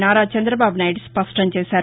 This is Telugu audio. నారా చంద్రబాబు నాయుడు స్పష్టం చేశారు